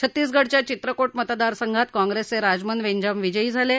छत्तीसगडच्या चित्रको मतदारसंघात कॉंग्रेसचे राजमन वेंजाम विजयी झाले आहेत